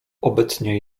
obecnie